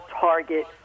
Target